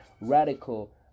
radical